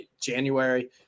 January